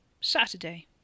Saturday